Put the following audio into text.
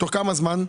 תוך כמה זמן?